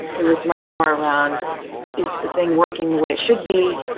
it was much more around is the thing working the way it should be?